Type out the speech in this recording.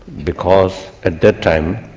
because at that time,